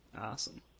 awesome